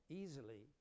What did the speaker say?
easily